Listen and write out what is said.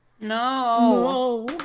No